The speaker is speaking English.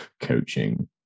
coaching